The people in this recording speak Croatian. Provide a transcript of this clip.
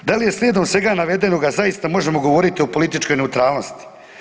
Da li iz slijedom svega navedenoga zaista možemo govoriti o političkoj neutralnosti?